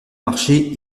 marché